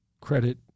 credit